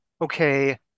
okay